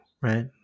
right